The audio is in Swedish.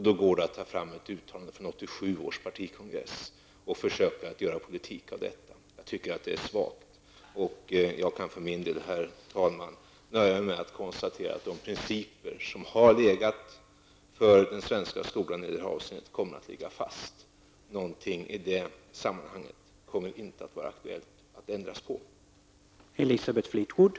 Då tar man fram ett uttalande från 1987 års partikongress och försöker göra politik av detta. Jag tycker att det är svagt. Jag kan för min del, herr talman, nöja mig med att konstatera att de principer som har funnits för den svenska skolan i det här avseendet kommer att ligga fast. Det kommer inte att vara aktuellt att ändra på något i det sammanhanget.